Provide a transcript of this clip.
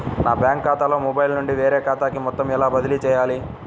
నా బ్యాంక్ ఖాతాలో మొబైల్ నుండి వేరే ఖాతాకి మొత్తం ఎలా బదిలీ చేయాలి?